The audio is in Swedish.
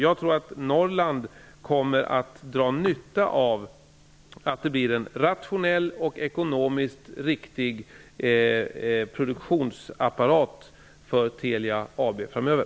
Jag tror att Norrland kommer att kunna dra nytta av att det kommer att bli en rationell och ekonomiskt riktig produktionsapparat för Telia AB framöver.